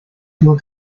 will